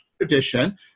tradition